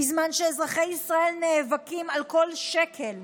בזמן שאזרחי ישראל נאבקים על כל שקל,